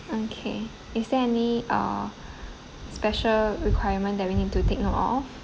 okay is there any ah special requirement that we need to take note of